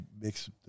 mix